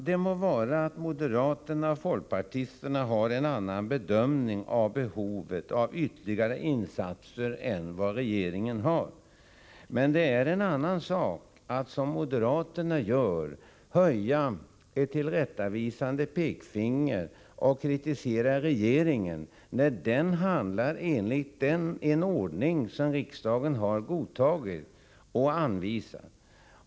Det må vara att moderaterna och folkpartisterna har en annan bedömning av behovet av ytterligare insatser än vad regeringen har. Men det är en annan sak att, som moderaterna gör, höja ett tillrättavisande pekfinger och kritisera regeringen när den handlar enligt en ordning som riksdagen har godtagit och anvisat.